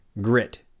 grit